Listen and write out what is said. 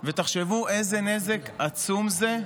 ותחשבו איזה נזק עצום זה.